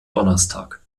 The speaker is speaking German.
donnerstag